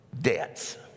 debts